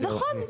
נכון.